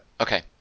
Okay